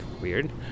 weird